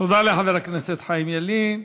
תודה לחבר הכנסת חיים ילין.